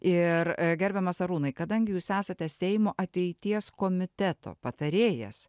ir gerbiamas arūnai kadangi jūs esate seimo ateities komiteto patarėjas